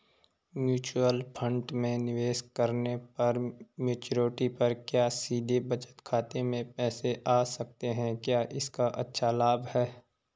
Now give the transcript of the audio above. Mutual fund में निवेश करने पर मैच्योरिटी पर क्या सीधे बचत खाते में पैसे आ सकते हैं क्या इसका अच्छा लाभ है?